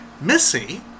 Missy